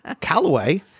Callaway